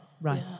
Right